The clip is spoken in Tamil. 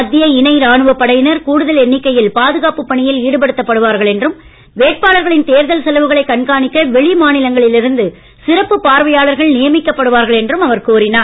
மத்திய இணை ராணுவப் படையினர் கூடுதல் எண்ணிக்கையில் பாதுகாப்பு பணியில் ஈடுபடுத்தப்படுவார்கள் என்றும் வேட்பாளர்களின் தேர்தல் செலவுகளை கண்காணிக்க வெளி மாநிலங்களில் இருந்து சிறப்பு பார்வையாளர்கள் நியமிக்கப்படுவார்கள் என்றும் அவர் கூறினார்